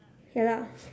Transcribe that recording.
ya lah